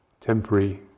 temporary